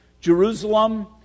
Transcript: Jerusalem